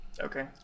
Okay